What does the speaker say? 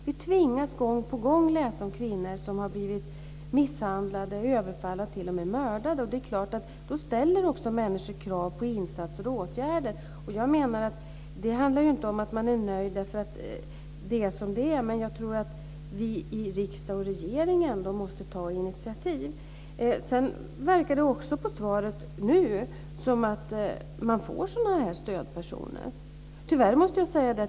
Vi tvingas gång på gång läsa om kvinnor som har blivit misshandlade, överfallna, t.o.m. mördade. Det är klart att människor då ställer krav på insatser och åtgärder. Det handlar inte, menar jag, om att man är nöjd därför att det är som det är. Men jag tror att vi i riksdag och regering ändå måste ta initiativ. Det förefaller av svaret att döma som om man nu får sådana här stödpersoner.